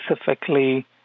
specifically